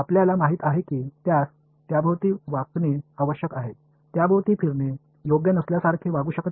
आपल्याला माहित आहे की त्यास त्याभोवती वाकणे आवश्यक आहे त्याभोवती फिरणे योग्य नसल्यासारखे वागू शकत नाही